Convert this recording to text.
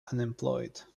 unemployed